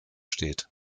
steht